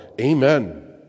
Amen